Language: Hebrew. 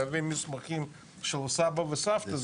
להביא מסמכים של סבא וסבתא,